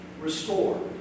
restore